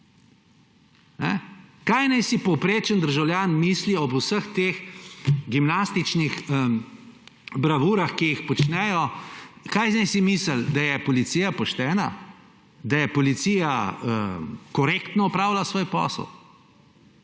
Kaj naj si povprečen državljan misli ob vseh teh gimnastičnih bravurah, ki jih počnejo?! Kaj naj si misli, da je policija poštena? Da je policija korektno opravila svoj posel?